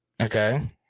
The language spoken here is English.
Okay